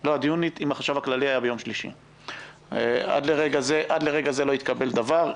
להיום, עד לרגע זה לא התקבל דבר.